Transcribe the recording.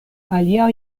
alia